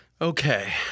Okay